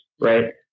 right